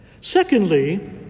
Secondly